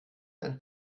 ein